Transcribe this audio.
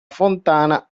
fontana